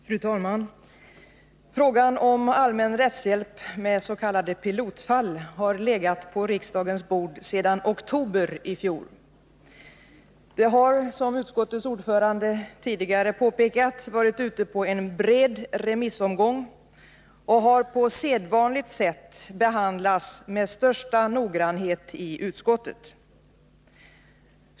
Fru talman! Frågan om allmän rättshjälp med s.k. pilotfall har legat på riksdagens bord sedan oktober i fjol. Den har, som utskottets ordförande tidigare påpekat, varit ute på en bred remissomgång och har på sedvanligt sätt behandlats med största noggrannhet i utskottet.